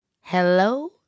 Hello